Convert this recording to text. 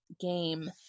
game